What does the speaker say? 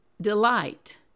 delight